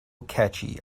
catchy